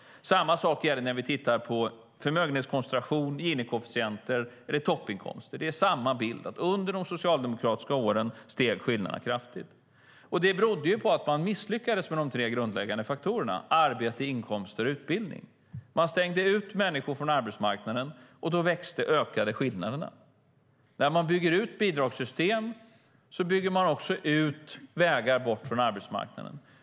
Samma sak gäller när vi tittar på förmögenhetskoncentration, Gini-koefficienter eller toppinkomster. Det är samma bild: Under de socialdemokratiska åren ökade skillnaderna kraftigt. Det berodde på att man misslyckades med de tre grundläggande faktorerna: arbete, inkomster och utbildning. Man stängde ut människor från arbetsmarknaden, och då ökade skillnaderna. När man bygger ut bidragssystem bygger man också vägar bort från arbetsmarknaden.